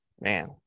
Man